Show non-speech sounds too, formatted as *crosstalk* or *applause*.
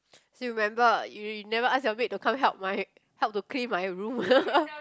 still remember you you never ask your maid to come help my help to clean my room *laughs*